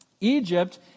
Egypt